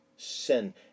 Sin